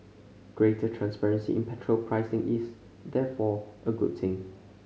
greater transparency in petrol pricing is therefore a good thing